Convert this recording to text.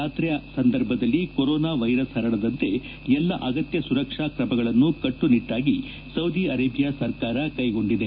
ಯಾತ್ರೆ ಸಂದರ್ಭದಲ್ಲಿ corona virus ಪರಡದಂತೆ ಎಲ್ಲ ಅಗತ್ನ ಆರೋಗ್ನ ಸುರಕ್ಷಾ ಕ್ರಮಗಳನ್ನು ಕಟ್ಲುನಿಟ್ಲಾಗಿ ಸೌದಿ ಅರೇಬಿಯಾ ಸರ್ಕಾರ ಕೈಗೊಂಡಿದೆ